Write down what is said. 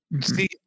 See